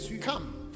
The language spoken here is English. come